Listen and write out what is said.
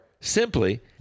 simply